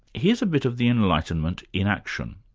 here's a bit of the enlightenment in action.